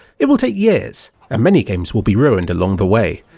it will take years, and many games will be ruined along the way.